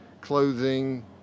clothing